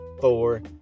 four